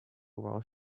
while